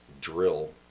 drill